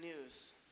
news